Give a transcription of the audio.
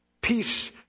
Peace